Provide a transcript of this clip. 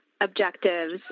Objectives